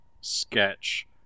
sketch